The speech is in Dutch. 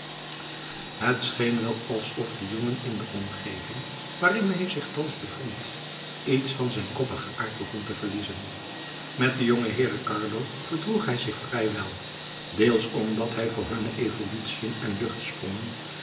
het scheen wel alsof de jongen in de omgeving waarin hij zich thans bevond iets van zijn koppigen aard begon te verliezen met de jongeheeren carlo verdroeg hij zich vrij wel deels omdat hij voor hunne evolutiën en